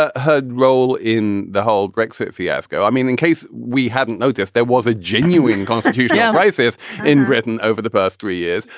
ah her role in the whole brexit fiasco. i mean, in case we hadn't noticed, there was a genuine constitutional crisis in britain over the past three years.